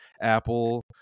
Apple